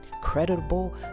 credible